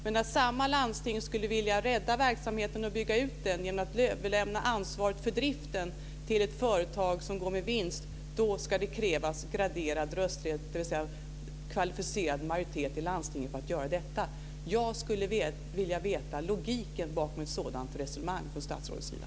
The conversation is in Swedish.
Men när samma landsting skulle vilja rädda verksamheten och bygga ut den genom att överlämna ansvaret för driften till ett företag som går med vinst ska det krävas graderad rösträtt, dvs. kvalificerad majoritet i landstinget, för att göra detta. Jag skulle vilja veta logiken bakom ett sådant resonemang från statsrådets sida.